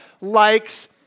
likes